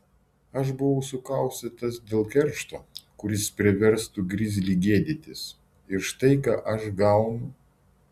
aš buvau sukaustytas dėl keršto kuris priverstų grizlį gėdytis ir štai ką aš gaunu